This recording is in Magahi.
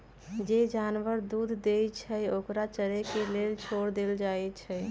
जे जानवर दूध देई छई ओकरा चरे के लेल छोर देल जाई छई